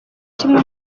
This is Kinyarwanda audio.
kimwe